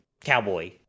cowboy